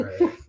Right